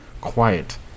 quiet